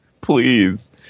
please